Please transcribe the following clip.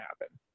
happen